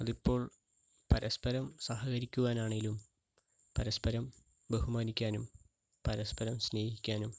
അതിപ്പോൾ പരസ്പരം സഹകരിക്കുവാൻ ആണെങ്കിലും പരസ്പരം ബഹുമാനിക്കാനും പരസ്പരം സ്നേഹിക്കാനും